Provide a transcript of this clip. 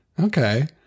Okay